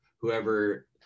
whoever